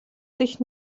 sich